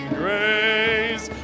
grace